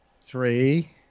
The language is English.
Three